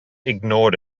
ignored